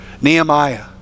Nehemiah